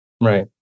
Right